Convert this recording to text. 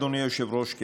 אדוני היושב-ראש,